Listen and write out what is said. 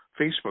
Facebook